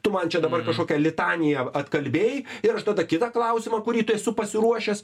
tu man čia dabar kažkokią litaniją atkalbėjai ir aš tada kitą klausimą kurį esu pasiruošęs